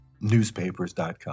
newspapers.com